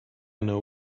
know